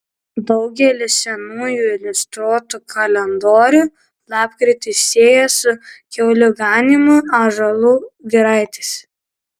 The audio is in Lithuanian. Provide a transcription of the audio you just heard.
daugelis senųjų iliustruotų kalendorių lapkritį sieja su kiaulių ganymu ąžuolų giraitėse